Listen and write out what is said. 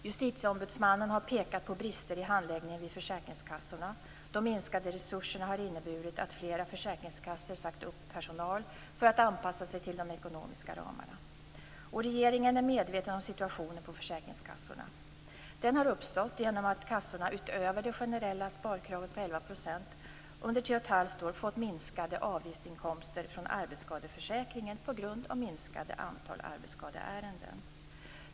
Justitieombudsmannen har pekat på brister i handläggningen vid försäkringskassorna. De minskade resurserna har inneburit att flera försäkringskassor har sagt upp personal för att anpassa sig till de ekonomiska ramarna. Regeringen är medveten om situationen på försäkringskassorna. Den har uppstått genom att kassorna utöver det generella sparkravet på 11 % under tre och ett halvt år fått minskade avgiftsinkomster från arbetsskadeförsäkringen på grund av ett minskat antal arbetsskadeärenden.